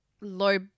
low-